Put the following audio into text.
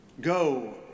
Go